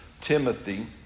Timothy